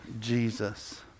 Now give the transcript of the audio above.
Jesus